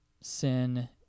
sin